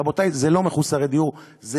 רבותי, זה לא מחוסרי דיור, זה